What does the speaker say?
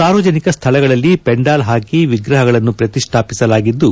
ಸಾರ್ವಜನಿಕ ಸ್ವಳಗಳಲ್ಲಿ ಪೆಂಡಾಲ್ ಹಾಕಿ ವಿಗ್ರಹಗಳನ್ನು ಪ್ರತಿಷ್ಠಾಪಿಸಲಾಗಿದ್ದು